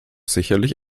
sicherlich